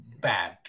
bad